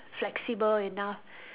flexible enough